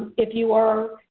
if you are,